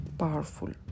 powerful।